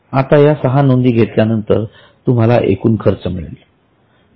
आता या सहा नोंदी घेतल्या नंतर तुम्हाला एकूण खर्च मिळतो